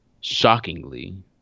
shockingly